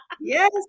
Yes